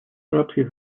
арабских